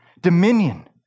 dominion